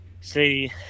see